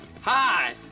hi